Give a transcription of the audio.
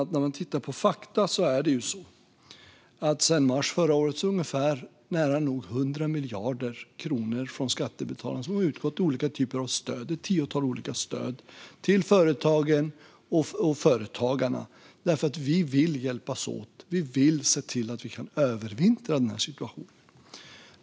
Om man tittar på fakta ser man likväl att sedan mars förra året har nära nog 100 miljarder kronor från skattebetalarna utgått i olika typer av stöd till företagen och företagarna, därför att vi vill hjälpas åt. Vi vill se till att vi kan övervintra i den här situationen.